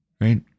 Right